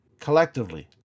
Collectively